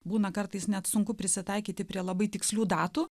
būna kartais net sunku prisitaikyti prie labai tikslių datų